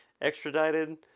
extradited